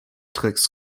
tricks